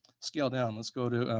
scale down. let's go to